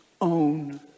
own